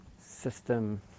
system